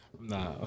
Nah